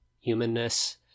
humanness